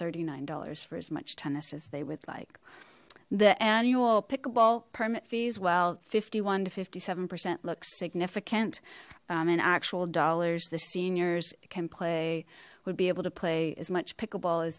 thirty nine dollars for as much tennis as they would like the annual pickleball permit fees well fifty one to fifty seven percent looks significant in actual dollars the seniors can play would be able to play as much pickleball